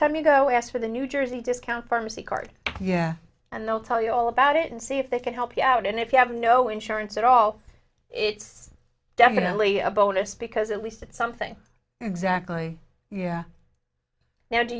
time you go ask for the new jersey discount pharmacy card and they'll tell you all about it and see if they can help you out and if you have no insurance at all it's definitely a bonus because at least it's something exactly now do